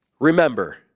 Remember